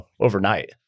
overnight